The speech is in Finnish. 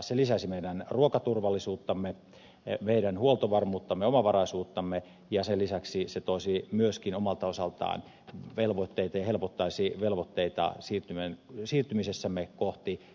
se lisäisi meidän ruokaturvallisuuttamme meidän huoltovarmuuttamme omavaraisuuttamme ja sen lisäksi se myöskin omalta osaltaan helpottaisi velvoitteita siirtymisessämme kohti biopolttoaineita